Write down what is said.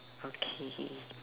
okay